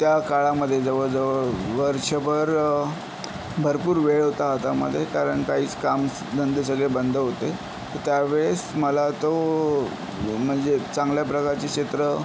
त्या काळामध्ये जवळजवळ वर्षभर भरपूर वेळ होता हातामध्ये कारण काहीच कामधंदे सगळे बंद होते तर त्यावेळेस मला तो म्हणजे चांगल्या प्रकारची चित्रं